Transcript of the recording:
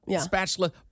spatula